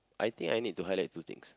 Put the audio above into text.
I think I need too highlight two things